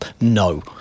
No